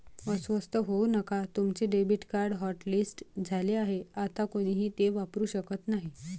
अस्वस्थ होऊ नका तुमचे डेबिट कार्ड हॉटलिस्ट झाले आहे आता कोणीही ते वापरू शकत नाही